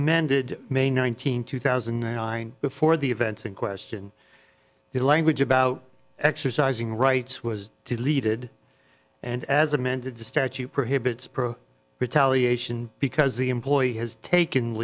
amended may nineteenth two thousand and nine before the events in question the language about exercising rights was deleted and as amended the statute prohibits pro retaliation because the employee has taken